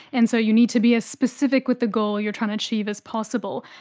and so you need to be as specific with the goal you're trying to achieve as possible.